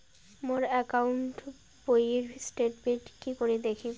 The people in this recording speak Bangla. মোর একাউন্ট বইয়ের স্টেটমেন্ট কি করি দেখিম?